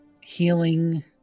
healing